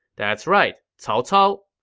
that's right, cao cao.